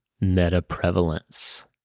meta-prevalence